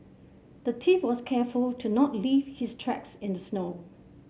the thief was careful to not leave his tracks in the snow